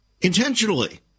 Intentionally